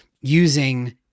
using